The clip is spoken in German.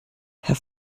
herr